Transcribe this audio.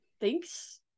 thanks